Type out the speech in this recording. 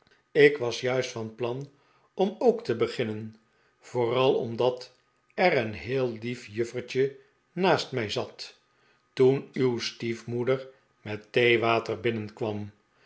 ik was juist van plan om ook te beginnen vooral omdat er een heel lief juffertje naast mij zat toen uw stiefmoeder met theewater binnenkwam